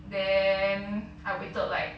then I waited like